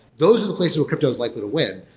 those the place where crypto is likely to win.